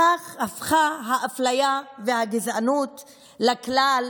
הפכו האפליה והגזענות לכלל,